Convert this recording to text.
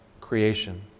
creation